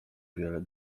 wiele